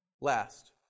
last